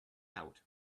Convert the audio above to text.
out